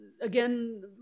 again